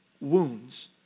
wounds